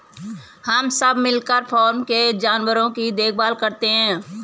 हम सब मिलकर फॉर्म के जानवरों की देखभाल करते हैं